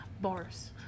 Bars